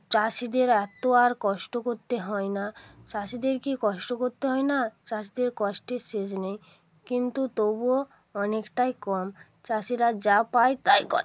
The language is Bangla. চাষিদের এতো আর কষ্ট করতে হয় না চাষিদের কি কষ্ট করতে হয় না চাষিদের কষ্টের শেষ নেই কিন্তু তবুও অনেকটাই কম চাষিরা যা পায় তাই করে